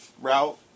route